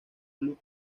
club